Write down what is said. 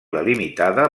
delimitada